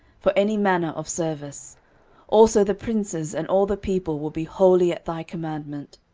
for any manner of service also the princes and all the people will be wholly at thy commandment.